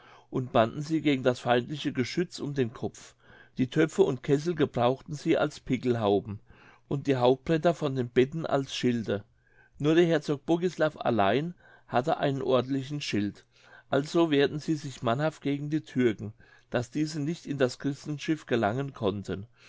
und banden sie gegen das feindliche geschütz um den kopf die töpfe und kessel gebrauchten sie als pickelhauben und die hauptbretter von den betten als schilde nur der herzog bogislav allein hatte einen ordentlichen schild also wehrten sie sich mannhaft gegen die türken daß diese nicht in das christenschiff gelangen konnten